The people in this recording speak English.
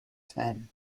ten